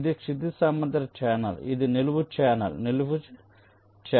ఇది క్షితిజ సమాంతర ఛానెల్ ఇది నిలువు ఛానెల్ నిలువు ఛానెల్